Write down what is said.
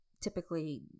typically